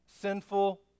sinful